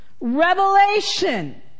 revelation